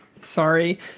Sorry